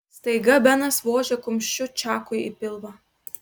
staiga benas vožė kumščiu čakui į pilvą